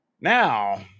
Now